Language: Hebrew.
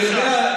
אתה יודע,